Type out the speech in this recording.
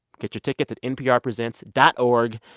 get your tickets at nprpresents dot org.